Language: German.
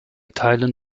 teilen